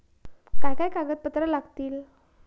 काय काय कागदपत्रा लागतील?